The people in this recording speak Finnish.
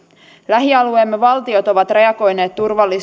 lähialueemme valtiot ovat reagoineet